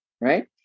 Right